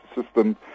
system